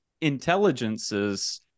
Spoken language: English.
intelligences